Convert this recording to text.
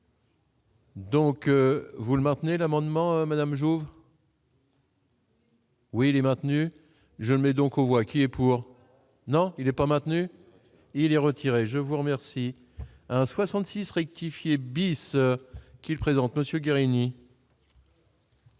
Donc, vous le maintenez l'amendement madame jour. Oui, il est maintenu, je n'ai donc on voit qui est pour, non il est pas maintenu, il les retiré, je vous remercie, un 66 rectifier bis qu'il présente Monsieur Guérini.